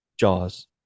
Jaws